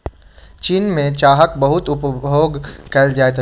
चीन में चाहक बहुत उपभोग कएल जाइत छै